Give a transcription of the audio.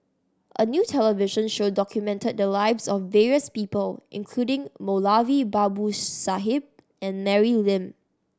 a new television show documented the lives of various people including Moulavi Babu Sahib and Mary Lim